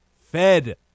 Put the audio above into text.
fed